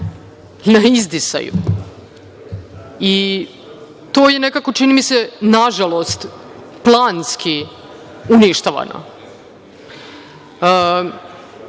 na izdisaju i to je nekako, čini mi se, nažalost, planski uništavana. Danas,